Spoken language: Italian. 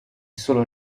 solo